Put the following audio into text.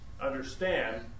understand